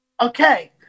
Okay